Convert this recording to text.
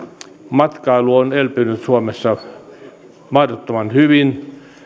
matkailu on elpynyt suomessa mahdottoman hyvin